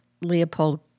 Leopold